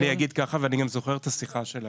אני גם זוכר את השיחה שלנו.